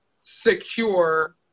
secure